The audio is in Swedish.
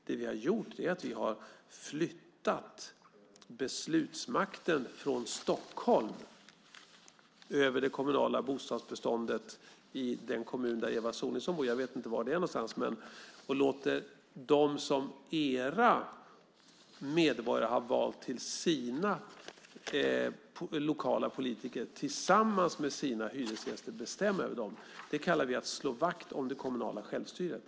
Det vi har gjort är att vi flyttat beslutsmakten från Stockholm till den kommun där Eva Sonidsson bor. Jag vet inte var det är någonstans. Vi låter dem som era medborgare har valt till sina lokala politiker tillsammans med lokala hyresgäster bestämma över det. Det kallar vi för att slå vakt om det kommunala självstyret.